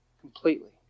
completely